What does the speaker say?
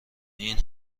این